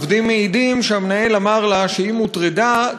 עובדים מעידים שהמנהל אמר לה שאם הוטרדה,